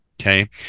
Okay